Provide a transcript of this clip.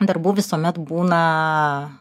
darbų visuomet būna